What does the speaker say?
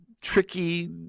tricky